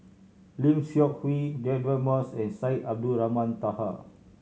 Lim Seok Hui Deirdre Moss and Syed Abdulrahman Taha